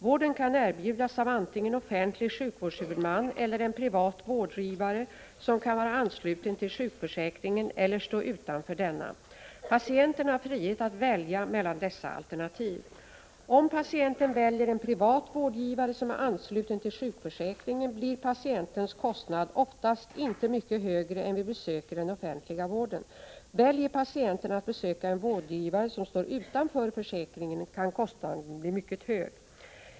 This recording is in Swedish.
Vården kan erbjudas av antingen offentlig sjukvårdshuvudman eller en privat vårdgivare som kan vara ansluten till sjukförsäkringen eller stå utanför denna. Patienten har frihet att välja mellan dessa alternativ. Om patienten väljer en privat vårdgivare som är ansluten till sjukförsäkringen blir patientens kostnad oftast inte mycket högre än vid besök i den offentliga vården. Väljer patienten att besöka en vårdgivare som står utanför försäkringen kan kostnaden bli mycket hög.